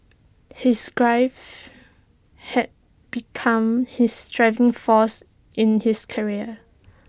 his grief had become his driving force in his career